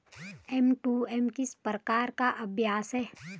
M to M किस प्रकार का अभ्यास है?